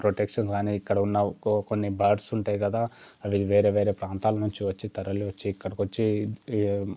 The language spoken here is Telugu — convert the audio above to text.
ప్రొటెక్షన్ కానీ ఇక్కడ ఉన్న కో కొన్ని బర్డ్స్ ఉంటాయి కదా అవి వేరే వేరే ప్రాంతాల నుంచి వచ్చి తరలివచ్చి ఎక్కడికి వచ్చి ఈ